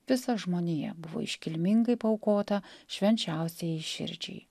visa žmonija buvo iškilmingai paaukota švenčiausiajai širdžiai